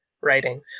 writing